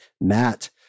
Matt